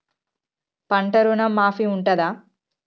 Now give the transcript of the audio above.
పంట ఋణం మాఫీ ఉంటదా?